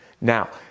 Now